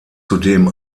zudem